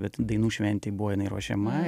bet dainų šventei buvo jinai ruošiama